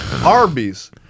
arby's